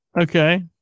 Okay